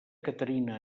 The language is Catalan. caterina